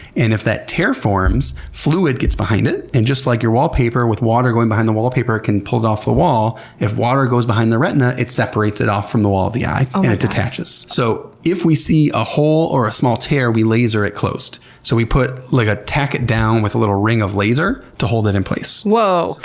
and if that tear forms, fluid gets behind it. and just like your wallpaper with water going behind the wallpaper it can pull it off the wall, if water goes behind the retina, it separates it off from the wall of the eye and it detaches. so if we see a hole or a small tear, we laser it closed. so we like ah tack it down with a little ring of laser to hold it in place. whoa!